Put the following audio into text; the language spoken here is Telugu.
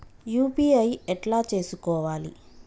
యూ.పీ.ఐ ఎట్లా చేసుకోవాలి?